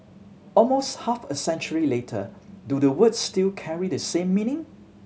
almost half a century later do the words still carry the same meaning